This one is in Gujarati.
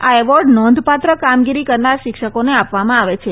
આ એવોર્ડ નોંધપાત્ર કામગીરી કરનાર શિક્ષકોને આપવામાં આવે છે